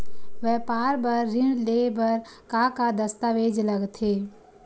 व्यापार बर ऋण ले बर का का दस्तावेज लगथे?